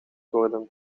worden